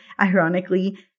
ironically